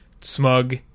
smug